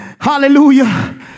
hallelujah